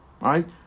right